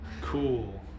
Cool